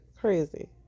Crazy